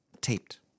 taped